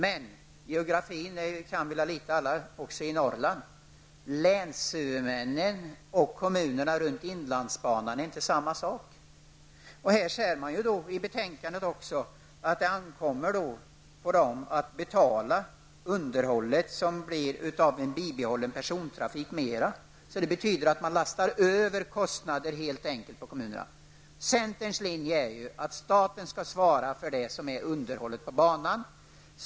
Men geografi kan vi väl alla litet, även i Norrland. Länshuvudmännen och kommunerna runt inlandsbanan är inte samma sak. Det sägs också i betänkandet att det ankommer på kommunerna att betala det ökade underhåll det blir fråga om med en bibehållen persontrafik. Det betyder att man helt enkelt lastar över kostnader på kommunerna. Centerns linje är att staten skall svara för underhållet av banan.